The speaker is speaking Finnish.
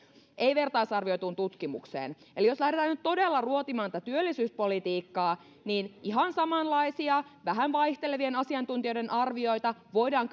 ei vertaisarvioituun tutkimukseen eli jos lähdetään nyt todella ruotimaan tätä työllisyyspolitiikkaa niin ihan samanlaisia vähän vaihtelevien asiantuntijoiden arvioita voidaan